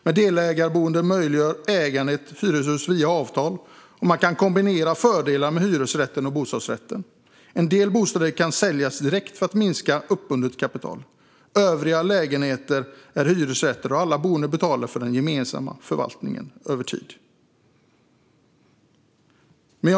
Med delägarboende möjliggörs ägande i ett hyreshus via avtal, och man kan kombinera fördelarna med hyresrätten och bostadsrätten. En del bostäder kan säljas direkt för att minska uppbundet kapital. Övriga lägenheter är hyresrätter, och alla boende betalar för den gemensamma förvaltningen över tid.